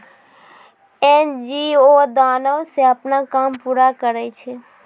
NGO दानो से अपनो काम पूरा करै छै